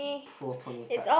protonated